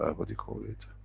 um what you call it?